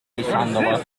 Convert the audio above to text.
mishandelen